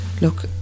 look